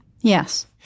Yes